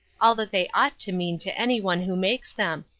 all that they ought to mean to any one who makes them.